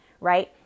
Right